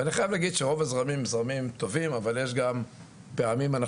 ואני חייב להגיד שרוב הזרמים הם זרמים טובים אבל יש גם פעמים אנחנו